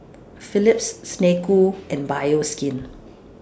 Phillips Snek Ku and Bioskin